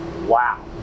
Wow